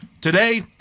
Today